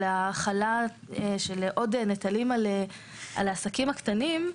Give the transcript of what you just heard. של עוד נטלים על העסקים הקטנים,